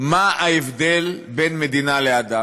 מה ההבדל בין מדינה לאדם?